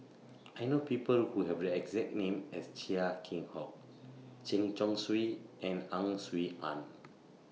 I know People Who Have The exact name as Chia Keng Hock Chen Chong Swee and Ang Swee Aun